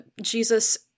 Jesus